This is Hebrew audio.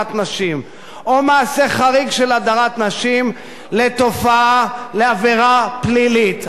נשים או מעשה חריג של הדרת נשים לעבירה פלילית.